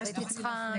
לסיים.